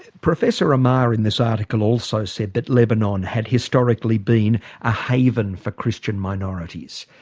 professor amar, in this article, also said that lebanon had historically been a haven for christian minorities.